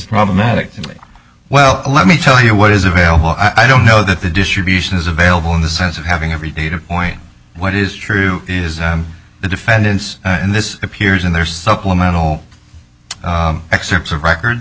problematic well let me tell you what is available i don't know that the distribution is available in the sense of having every data point what is true is that the defendants in this appears in their supplemental excerpts of record